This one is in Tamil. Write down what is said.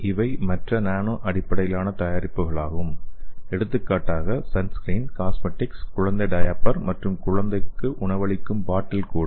இவை மற்ற நானோ அடிப்படையிலான தயாரிப்புகளாகும் எடுத்துக்காட்டாக சன்ஸ்கிரீன் காஸ்மெடிக்ஸ் குழந்தை டயபர் மற்றும் குழந்தைக்கு உணவளிக்கும் பாட்டில் கூட